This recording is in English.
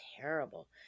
terrible